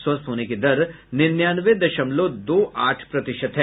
स्वस्थ होने की दर निन्यानवे दशमलव दो आठ प्रतिशत है